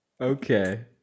Okay